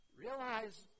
Realize